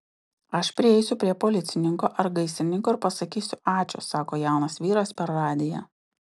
aš prieisiu prie policininko ar gaisrininko ir pasakysiu ačiū sako jaunas vyras per radiją